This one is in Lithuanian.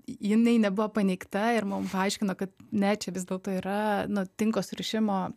jinai nebuvo paneigta ir mum paaiškino kad ne čia vis dėlto yra nu tinko surišimo